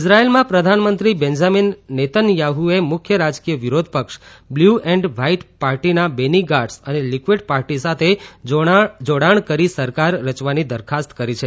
ઇઝરાયલમાં પ્રધાનમંત્રી બેન્જામિન નેતન્યાહ્એ મુખ્ય રાજકીય વિરોધ પક્ષ બ્લૂ એન્ડ વ્હાઇટ પાર્ટીના બેની ગાટ્ઝ અને લિક્વીડ પાર્ટી સાથે જોડાણ કરી સરકાર રચવાની દરખાસ્ત કરી છે